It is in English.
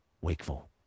wakeful